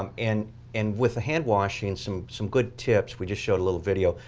um and and with the hand washing, some some good tips, we just showed a little video.